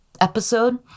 episode